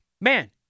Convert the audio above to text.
Man